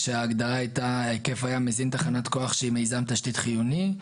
כשההגדרה הייתה: "ההיקף היה מזין תחנת כוח שהיא מיזם תשתית חיוני".